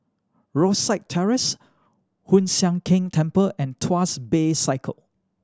Rosyth Terrace Hoon Sian Keng Temple and Tuas Bay Circle